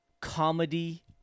comedy